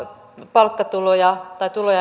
palkkatuloja